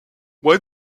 why